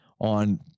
on